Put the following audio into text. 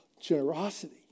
generosity